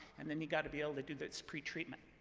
and then you've got to be able to do this pretreatment.